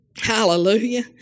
Hallelujah